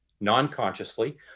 non-consciously